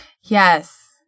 Yes